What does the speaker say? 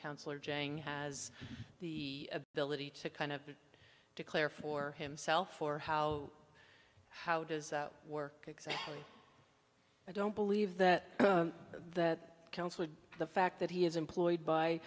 counselor jang has the ability to kind of declare for himself or how how does that work exactly i don't believe that that counsel the fact that he is employed by